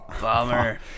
Bummer